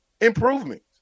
Improvements